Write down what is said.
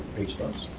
pay stubs.